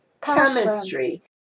Chemistry